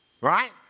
Right